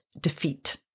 defeat